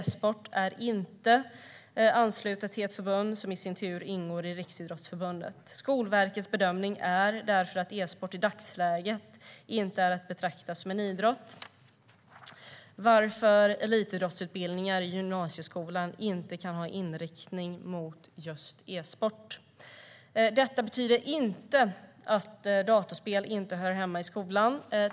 E-sport är inte anslutet till ett förbund som i sin tur ingår i Riksidrottsförbundet. Skolverkets bedömning är därför att e-sport i dagsläget inte är att betrakta som en idrott, varför elitidrottsutbildningar i gymnasieskolan inte kan ha inriktning mot just e-sport. Det betyder dock inte att datorspel inte hör hemma i skolan.